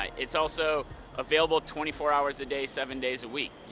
it's also available twenty four hours a day, seven days a week.